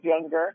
younger